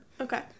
Okay